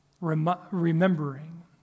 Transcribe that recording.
remembering